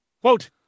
Quote